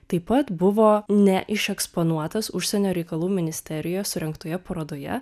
taip pat buvo neišeksponuotas užsienio reikalų ministerijos surengtoje parodoje